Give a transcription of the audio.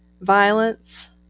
Violence